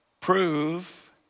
Prove